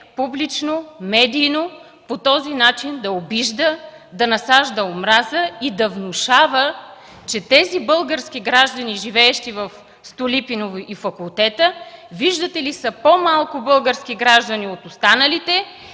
публично, медийно, по този начин да обижда, да насажда омраза и да внушава, че тези български граждани живеещи в „Столипиново” и във „Факултета”, виждате ли, са по-малко български граждани от останалите